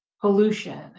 pollution